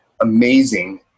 amazing